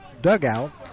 dugout